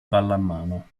pallamano